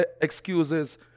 excuses